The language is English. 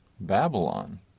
Babylon